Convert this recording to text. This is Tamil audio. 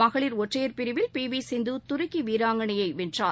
மகளிர் ஒற்றையர் பிரிவில் பிவிசிந்துதுருக்கிவீராங்கனையைவென்றார்